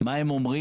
מה הם אומרים?